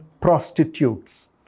Prostitutes